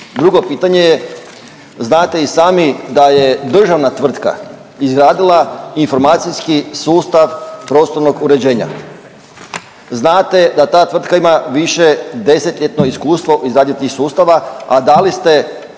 Drugo pitanje je, znate i sami da je državna tvrtka izradila informacijski sustav prostornog uređenja. Znate da ta tvrtka ima višedesetljetno iskustvo izgradnje tih sustava, a dali ste